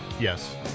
yes